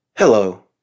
Hello